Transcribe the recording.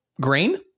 grain